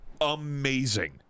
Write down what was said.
amazing